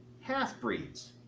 half-breeds